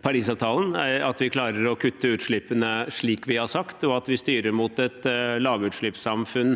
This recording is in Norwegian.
Parisavtalen, at vi klarer å kutte utslippene slik vi har sagt, og at vi senest i 2050 styrer mot et lavutslippssamfunn